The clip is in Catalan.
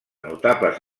notables